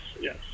yes